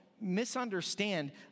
misunderstand